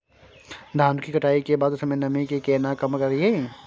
धान की कटाई के बाद उसके नमी के केना कम करियै?